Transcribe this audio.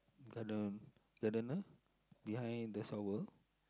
garden gardener behind the shovel